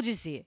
dizer